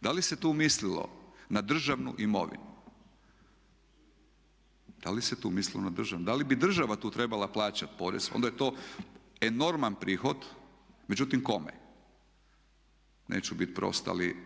Da li se tu mislilo na državnu imovinu, da li se tu mislilo na državnu imovinu, da li bi država tu trebala plaćat porez? Onda je to enorman prihod, međutim kome? Neću biti prost ali